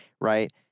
right